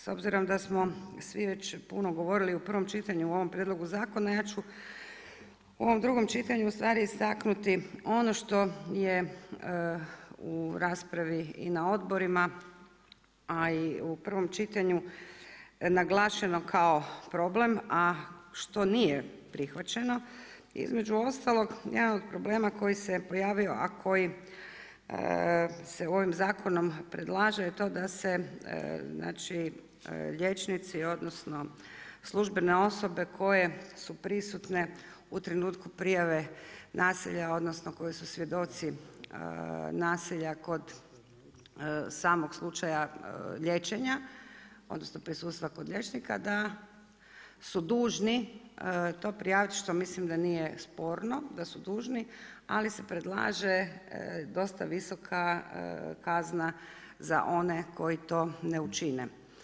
S obzirom da smo svi već puno govorili u prvom čitanju o ovom prijedlogu zakona, ja ću u ovom drugom čitanju ustvari istaknuti ono što je u raspravi i na odborima a i u prvom čitanju naglašeno kao problem, a što nije prihvaćeno, između ostalog, jedan od problema koji se pojavio, a koji se ovim zakonom predlaže je to do da se liječnici, odnosno službene osobe koje su prisutne u trenutku prijave nasilja, odnosno koji su svjedoci nasilja kod samog slučaja liječenja, odnosno prisustva liječnika, da su dužni to prijaviti, što mislim da nije sporno da su dužni, ali se predlaže dosta visoka kazana za one koji to ne učine.